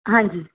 ਹਾਂਜੀ